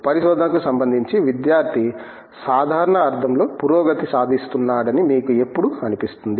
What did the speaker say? పరిశోధనకు సంబంధించి విద్యార్థి సాధారణ అర్థంలో పురోగతి సాధిస్తున్నాడని మీకు ఎప్పుడు అనిపిస్తుంది